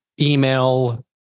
email